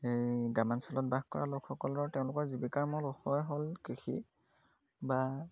সেই গ্ৰামাঞ্চলত বাস কৰা লোকসকলৰ তেওঁলোকৰ জীৱিকাৰ মূল উৎসই হ'ল কৃষি বা